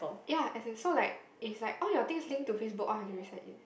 ya as in so like is like all your things link to Facebook all have to resign in